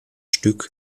stück